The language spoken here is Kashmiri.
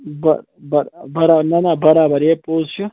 بَہ بَر بَرا نَہ نَہ بَرابر یےٚ پوٚز چھُ